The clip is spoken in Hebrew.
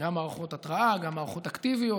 גם מערכות התראה, גם מערכות אקטיביות.